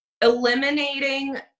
eliminating